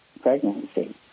pregnancy